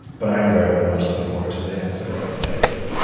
but i am very much looking forward to the answer that they give